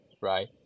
right